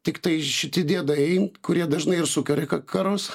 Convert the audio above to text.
tiktai šiti diedai kurie dažnai ir sukelia karus